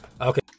okay